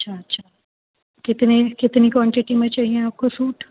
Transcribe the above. اچھا اچھا کتنے کتنی کوانٹٹی میں چاہیے آپ کو سوٹ